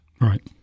Right